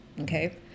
Okay